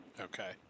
Okay